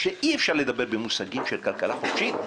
שאי אפשר לדבר במושגים של כלכלה חופשית.